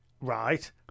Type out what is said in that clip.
right